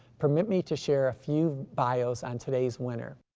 permit me to share a few bios on today's winner.